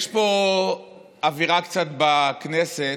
יש פה קצת אווירה בכנסת,